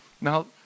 Now